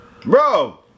Bro